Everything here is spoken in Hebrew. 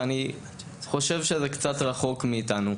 ואני חושב שזה קצת רחוק מאיתנו.